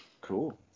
Cool